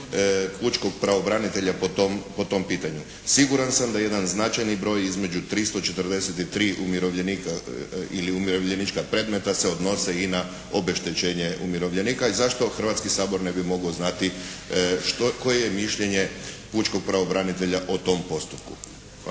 pučkog pravobranitelja po tom pitanju. Siguran sam da jedan značajni broj između 343 umirovljenika ili umirovljenička predmeta se odnose i na obeštećenje umirovljenika. I zašto Hrvatski sabor ne bi mogao znati koje je mišljenje pučkog pravobranitelja o tom postupku.